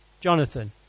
Jonathan